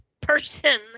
person